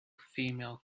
female